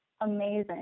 amazing